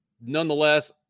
Nonetheless